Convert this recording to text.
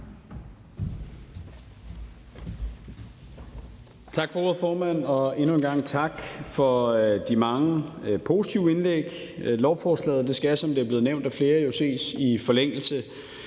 Tak for ordet, formand. Og endnu en gang tak for de mange positive indlæg. Lovforslaget skal, som det er blevet nævnt af flere, jo ses i forlængelse